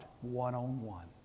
one-on-one